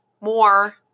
more